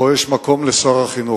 פה יש מקום לשר החינוך,